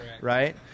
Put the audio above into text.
right